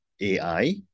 AI